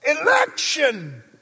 election